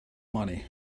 money